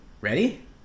ready